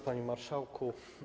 Panie Marszałku!